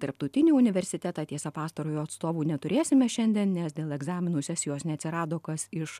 tarptautinį universitetą tiesa pastarojo atstovų neturėsime šiandien nes dėl egzaminų sesijos neatsirado kas iš